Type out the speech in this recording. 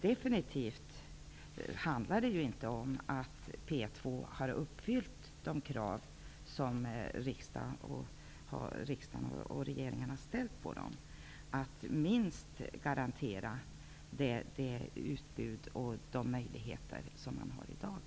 Definitivt handlar det inte om att P 2 har uppfyllt de krav som riksdag och regering har ställt, att minst garantera det utbud och de möjligheter som man har i dag.